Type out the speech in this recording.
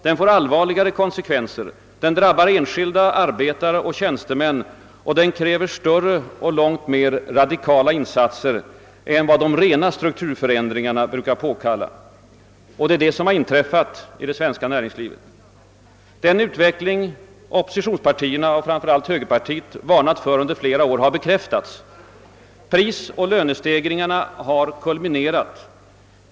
Den får allvarligare konsekvenser, den drabbar enskilda arbetare och tjänstemän och den kräver större och långt mer radikala insatser än vad de rena strukturförändringarna brukar påkalla. Det är detta som har inträffat i det svenska : näringslivet. Den utveckling som oppositionspartierna, framför allt högerpartiet, har varnat för under flera år har bekräftats. Prisoch lönestegringarna har kulminerat.